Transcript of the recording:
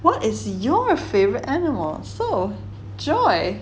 what is your favorite animal for joy